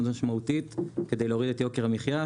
משמעותית כדי להוריד את יוקר המחיה,